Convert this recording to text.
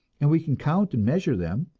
and we can count and measure them,